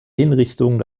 hinrichtungen